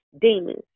demons